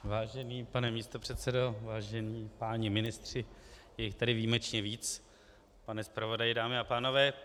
Vážený pane místopředsedo, vážení páni ministři je jich tady výjimečně více , pane zpravodaji, dámy a pánové.